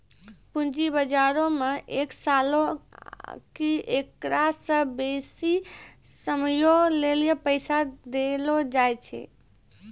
पूंजी बजारो मे एक सालो आकि एकरा से बेसी समयो लेली पैसा देलो जाय छै